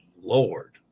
lord